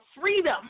freedom